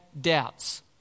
doubts